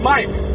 Mike